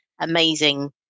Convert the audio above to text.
amazing